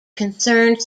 concerned